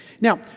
Now